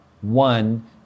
one